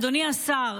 אדוני השר,